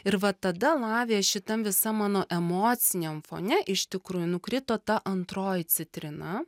ir va tada lavija šitam visam mano emociniam fone iš tikrųjų nukrito ta antroji citrina